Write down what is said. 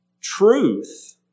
truth